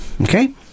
Okay